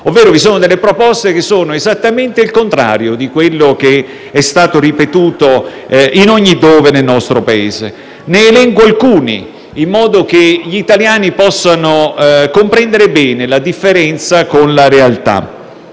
sono cioè delle proposte che sono esattamente il contrario di quanto è stato ripetuto in ogni dove nel nostro Paese. Ne elenco alcune, in modo che gli italiani possano comprendere bene la differenza con la realtà.